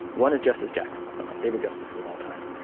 one is justice jackson like what my favorite justices of all time.